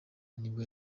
nibwo